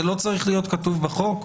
זה לא צריך להיות כתוב בחוק?